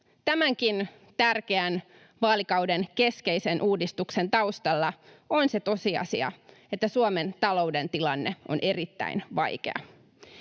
Tämänkin tärkeän, vaalikauden keskeisen uudistuksen taustalla on se tosiasia, että Suomen talouden tilanne on erittäin vaikea.